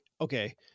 Okay